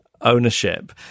ownership